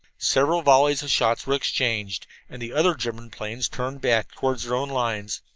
several volleys of shots were exchanged, and the other german planes turned back toward their own lines.